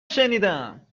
شنیدم